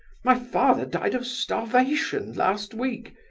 my father died of starvation last week.